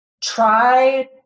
try